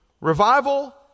Revival